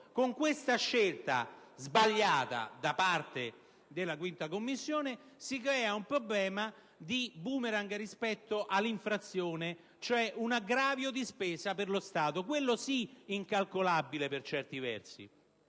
con questa scelta sbagliata da parte della 5a Commissione si determina un effetto *boomerang* rispetto all'infrazione, cioè un aggravio di spesa per lo Stato, quello sì, per certi versi,